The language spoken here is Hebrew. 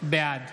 בעד